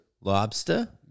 Lobster